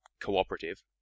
cooperative